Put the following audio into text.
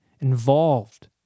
involved